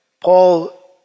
Paul